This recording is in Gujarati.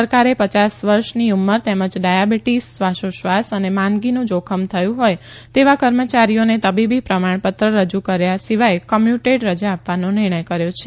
સરકારે પચાસ વર્ષની ઉંમર તેમજ ડાયાબીટીસ શ્વાસોશ્વાસ અને માંદગીનું જોખમ થયું હોય તેવા કર્મચારીઓને તબીબી પ્રમાણપત્ર રજુ કર્યા સિવાય કોમ્યુટેડ રજા આપવાનો નિર્ણય કર્યો છે